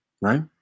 right